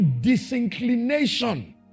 disinclination